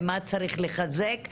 מה צריך לחזק,